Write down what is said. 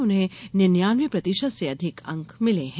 उन्हें निन्यान्नवे प्रतिशत से अधिक अंक मिले हैं